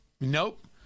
Nope